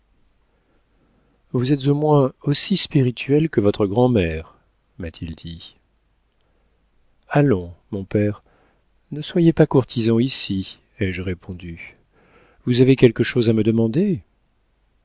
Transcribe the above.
vous êtes au moins aussi spirituelle que votre grand'mère m'a-t-il dit allons mon père ne soyez pas courtisan ici ai-je répondu vous avez quelque chose à me demander